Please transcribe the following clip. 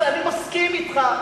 אני מסכים אתך,